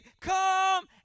Come